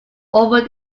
over